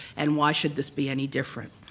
and why should this be any different?